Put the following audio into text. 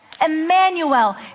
Emmanuel